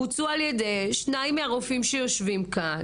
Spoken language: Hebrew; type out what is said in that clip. בוצעו על ידי שניים מהרופאים שיושבים כאן